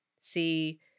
See